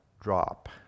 drop